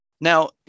now